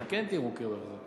היא כן תהיה מוכרת לצורכי מס.